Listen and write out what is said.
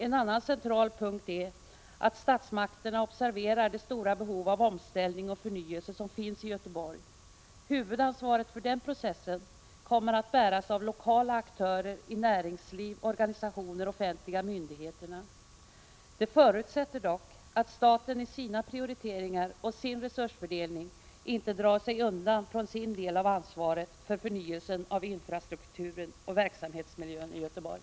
En annan central punkt är att statsmakterna observerar de stora behov av omställning och förnyelse som finns i Göteborg. Huvudansvaret för den processen kommer att bäras av lokala aktörer i näringsliv, organisationer och offentliga myndigheter. Detta förutsätter dock att staten i sina prioriteringar och sin resursfördelning inte drar sig undan från sin del av ansvaret för förnyelsen av infrastrukturen och verksamhetsmiljön i Göteborg.